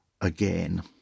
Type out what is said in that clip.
again